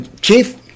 chief